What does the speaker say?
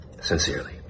Sincerely